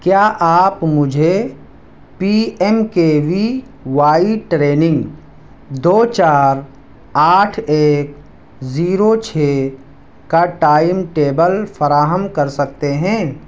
کیا آپ مجھے P M K V Y training دو چار آٹھ ایک زیرو چھ کا ٹائم ٹیبل فراہم کر سکتے ہیں